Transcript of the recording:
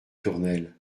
tournelles